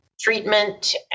treatment